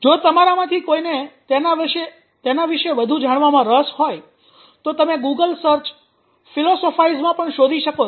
જો તમારામાંથી કોઈને તેના વિશે વધુ જાણવામાં રસ હોય તો તમે ગૂગલ સર્ચ 'ફિલોસોફાઇઝ'માં પણ શોધી શકો છો